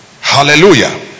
Hallelujah